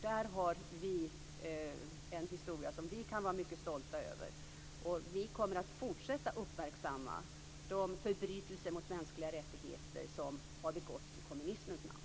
Där har vi en historia som vi kan vara mycket stolta över. Vi kommer att fortsätta med att uppmärksamma de förbrytelser mot mänskliga rättigheter som har begåtts i kommunismens namn.